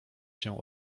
się